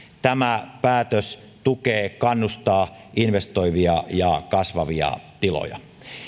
tämä päätös tukee ja kannustaa investoivia ja kasvavia tiloja